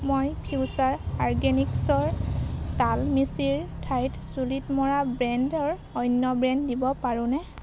মই ফিউচাৰ আৰ্গেনিক্ছৰ তাল মিচিৰ ঠাইত চুলিত মৰা ব্ৰেণ্ডৰ অন্য ব্ৰেণ্ড দিব পাৰোঁনে